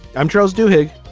i'm charles duhigg.